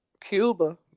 Cuba